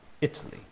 Italy